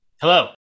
Hello